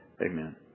Amen